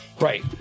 right